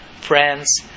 friends